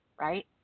Right